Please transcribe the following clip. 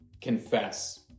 confess